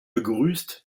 begrüßt